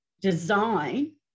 design